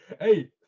hey